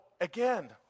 again